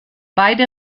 beide